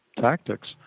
tactics